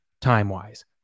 time-wise